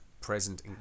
present